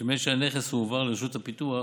שמעת שהנכס הועבר לרשות הפיתוח,